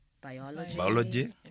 biology